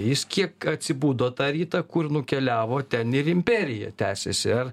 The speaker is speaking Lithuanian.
jis kiek atsibudo tą rytą kur nukeliavo ten ir imperija tęsiasi ar